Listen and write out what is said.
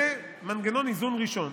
זה מנגנון איזון ראשון,